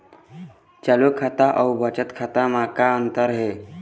चालू खाता अउ बचत खाता म का अंतर हे?